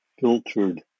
filtered